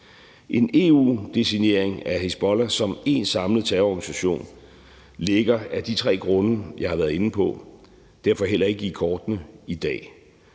En EU-designering af Hizbollah som én samlet terrororganisation ligger af de tre grunde, jeg har været inde på, derfor heller ikke i kortene i dag.